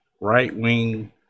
right-wing